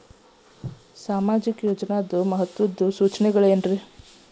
ಸಾಮಾಜಿಕ ಯೋಜನಾದ ಮಹತ್ವದ್ದ ಲಕ್ಷಣಗಳೇನು?